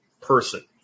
person